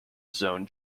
zone